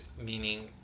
meaning